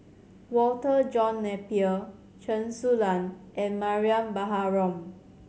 Walter John Napier Chen Su Lan and Mariam Baharom